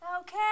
Okay